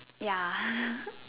ya